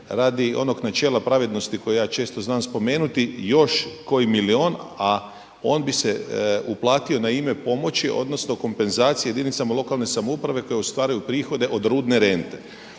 radi onog načela pravednosti koji ja često znam spomenuti još koji milijun, a on bi se uplatio na ime pomoći, odnosno kompenzacije jedinicama lokalne samouprave koje ostvaruju prihode od rudne rente.